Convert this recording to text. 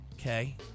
Okay